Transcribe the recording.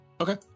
Okay